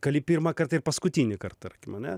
kali pirmąkart ir paskutinįkart tarkim ane